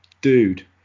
Dude